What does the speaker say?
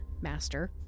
Master